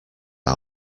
our